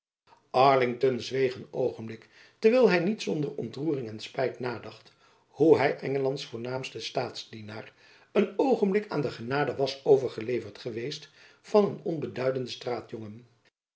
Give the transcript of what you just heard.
zweeg een oogenblik terwijl hy niet zonder ontroering en spijt nadacht hoe hy engelands voornaamste staatsdienaar een oogenblik aan de genade was overgeleverd geweest van een onbeduidenden